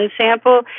sample